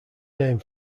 name